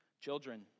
Children